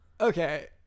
Okay